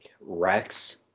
Rex